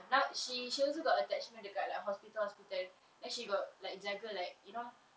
now she she also got attachment dekat like hospital hospital then she got like jaga like you know